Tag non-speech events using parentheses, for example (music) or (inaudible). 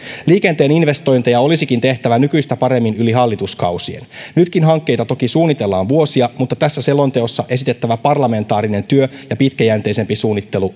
liikenteen investointeja olisikin tehtävä nykyistä paremmin yli hallituskausien nytkin hankkeita toki suunnitellaan vuosia mutta tässä selonteossa esitettävä parlamentaarinen työ ja pitkäjänteisempi suunnittelu (unintelligible)